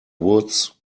woods